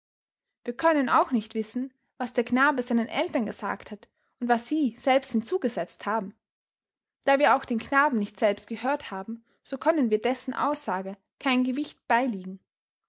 wir können auch nicht wissen was der knabe seinen eltern gesagt hat und was sie selbst hinzugesetzt haben da wir auch den knaben nicht selbst gehört haben so können wir dessen aussage kein gewicht beilegen